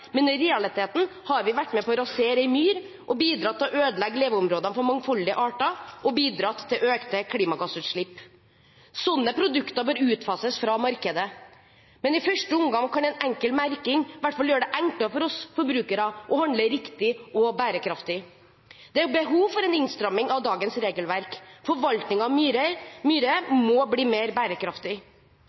men i realiteten har vi vært med på å rasere en myr og bidratt til å ødelegge leveområdene for mangfoldige arter og til økte klimagassutslipp. Sånne produkter bør utfases fra markedet, men i første omgang kan en enkel merking i hvert fall gjøre det enklere for oss forbrukere å handle riktig og bærekraftig. Det er behov for en innstramming av dagens regelverk. Forvaltningen av myr må bli mer bærekraftig.